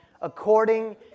according